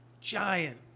giant